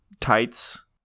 tights